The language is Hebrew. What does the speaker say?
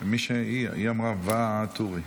היא אמרה: ו-א-טורי.